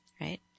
right